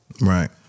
Right